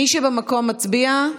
מי שבמקום, מצביע.